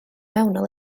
mewnol